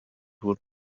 would